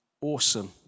awesome